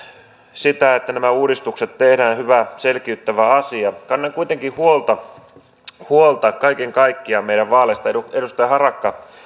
sitä että nämä uudistukset tehdään hyvä selkiyttävä asia kannan kuitenkin huolta kaiken kaikkiaan meidän vaaleistamme edustaja harakka